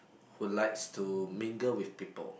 who likes to mingle with people